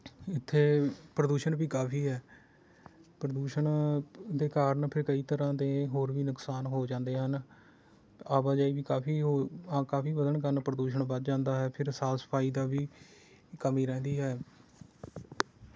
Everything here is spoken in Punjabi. ਇੱਥੇ ਪ੍ਰਦੂਸ਼ਣ ਵੀ ਕਾਫੀ ਹੈ ਪ੍ਰਦੂਸ਼ਣ ਦੇ ਕਾਰਨ ਫਿਰ ਕਈ ਤਰ੍ਹਾਂ ਦੇ ਹੋਰ ਵੀ ਨੁਕਸਾਨ ਹੋ ਜਾਂਦੇ ਹਨ ਆਵਾਜਾਈ ਵੀ ਕਾਫੀ ਉਹ ਕਾਫੀ ਵਧਣ ਕਾਰਨ ਪ੍ਰਦੂਸ਼ਣ ਵੱਧ ਜਾਂਦਾ ਹੈ ਫਿਰ ਸਾਫ਼ ਸਫ਼ਾਈ ਦਾ ਵੀ ਕਮੀ ਰਹਿੰਦੀ ਹੈ